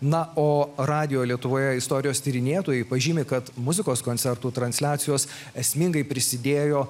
na o radijo lietuvoje istorijos tyrinėtojai pažymi kad muzikos koncertų transliacijos esmingai prisidėjo